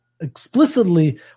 explicitly